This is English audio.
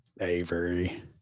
Avery